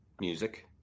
Music